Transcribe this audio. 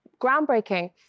groundbreaking